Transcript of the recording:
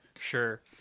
sure